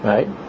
Right